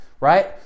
right